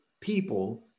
people